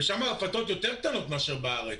ושם הרפתות יותר קטנות מאשר בארץ,